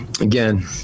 Again